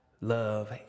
love